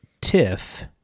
Tiff